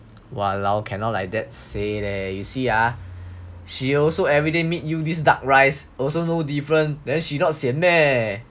!walao! cannot like that say leh you see ah she also everyday meet you this duck rice also no different then she not sian meh